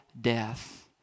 death